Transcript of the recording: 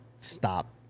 stop